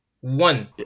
One